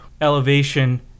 elevation